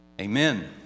Amen